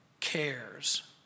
cares